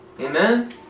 Amen